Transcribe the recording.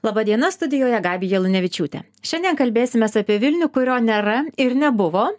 laba diena studijoje gabija lunevičiūtė šiandien kalbėsimės apie vilnių kurio nėra ir nebuvo